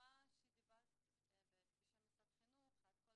זו אחת התשובות שקיבלנו ממשרד החינוך,